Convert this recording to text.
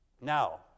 Now